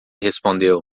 respondeu